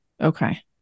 Okay